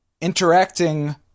interacting